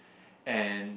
and